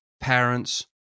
parents